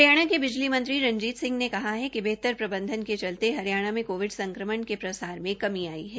हरियाणा के बिजली मंत्री रंजीत सिंह ने कहा है कि बेहतर प्रबंधन के चलते हरियाणा मे कोविड संक्रमण के प्रसार में कमी आई है